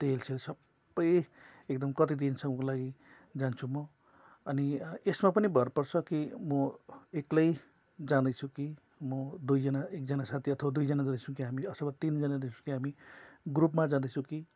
तेल सेल सबै एकदम कति दिनसम्मको लागि जान्छु म अनि यसमा पनि भर पर्छ कि म एक्लै जाँदैछु कि म दुइजना एकजना साथी अथवा दुइजना जाँदैछु कि हामी अथवा तिनजना जाँदैछु कि हामी ग्रुपमा जाँदैछु कि